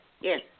Yes